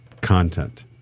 content